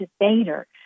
debater